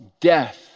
death